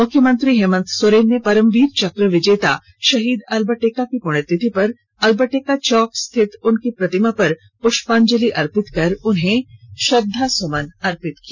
मुख्यमंत्री हेमंत सोरेन ने परमवीर चक्र विजेता शहीद अल्बर्ट एक्का की पुण्यतिथि पर अल्बर्ट एक्का चौक स्थित उनकी प्रतिमा पर पुष्पांजलि अर्पित कर श्रद्वासुमन अर्पित की